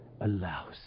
allows